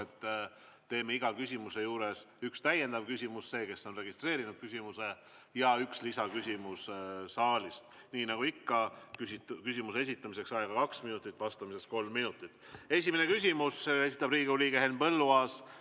nii: iga küsimuse juures on üks täiendav küsimus sellelt, kes on registreerinud küsimuse, ja üks lisaküsimus saalist. Nii nagu ikka, küsimuse esitamiseks on aega kaks minutit ja vastamiseks kolm minutit. Esimese küsimuse esitab Riigikogu liige Henn Põlluaas,